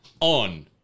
on